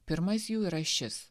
pirmas jų yra šis